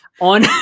on